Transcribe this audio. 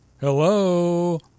Hello